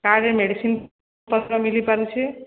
କାର୍ଡ଼ରେ ମେଡ଼ିସିନ ପତ୍ର ମିଲିପାରୁଛେ